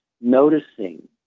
noticing